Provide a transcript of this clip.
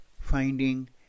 finding